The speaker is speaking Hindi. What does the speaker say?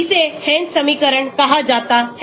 इसे Hansch समीकरण कहा जाता है